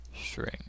string